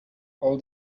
all